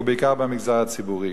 ובעיקר במגזר הציבורי.